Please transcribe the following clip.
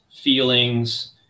feelings